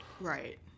right